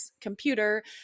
computer